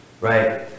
right